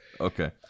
Okay